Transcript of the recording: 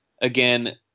again